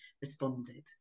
responded